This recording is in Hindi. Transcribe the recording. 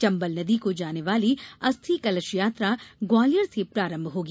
चम्बल नदी को जाने वाली अस्थि कलश यात्रा ग्वालियर से प्रारम्भ होगी